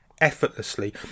effortlessly